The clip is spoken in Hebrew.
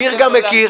מכיר גם מכיר,